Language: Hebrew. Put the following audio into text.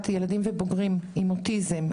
ילדים ובוגרים עם אוטיזם,